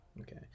okay